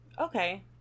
Okay